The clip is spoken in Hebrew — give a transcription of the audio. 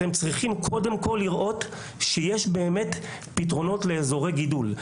אתם צריכים קודם כל לראות שיש פתרונות לאזורי גידול.